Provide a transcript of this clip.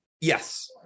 yes